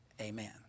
Amen